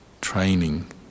training